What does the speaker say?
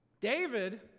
David